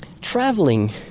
Traveling